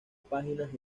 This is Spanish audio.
páginas